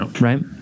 Right